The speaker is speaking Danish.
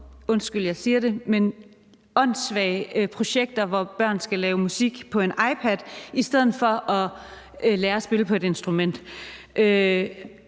undskyld, at jeg siger det – åndssvage projekter, hvor børn skal lave musik på en iPad i stedet for at lære at spille på et instrument.